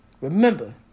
Remember